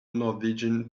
norwegian